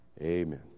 amen